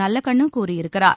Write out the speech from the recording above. நல்லக்கண்ணு கூறியிருக்கிறார்